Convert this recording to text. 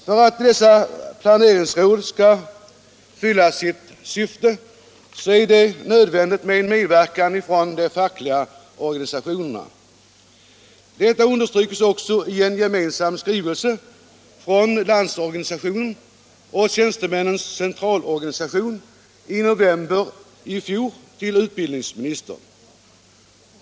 För att dessa planeringsråd skall fylla sitt syfte är det nödvändigt med en medverkan från de fackliga organisationerna. Detta understryks också i en gemensam skrivelse från Landsorganisationen och Tjänstemännens centralorganisation i november i fjol till utbildningsministern.